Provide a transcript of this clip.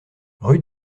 rue